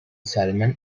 salmon